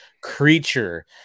creature